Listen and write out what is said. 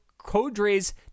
Codre's